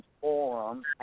forum